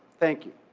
thank you.